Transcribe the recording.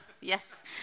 Yes